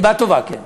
סיבה טובה, כן.